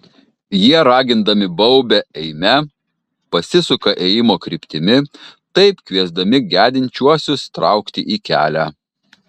jie ragindami baubia eime pasisuka ėjimo kryptimi taip kviesdami gedinčiuosius traukti į kelią